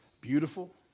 beautiful